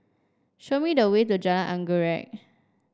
show me the way to Jalan Anggerek